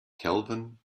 kelvin